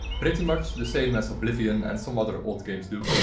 pretty much the same as ah oblivion and some other old games do.